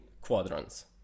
quadrants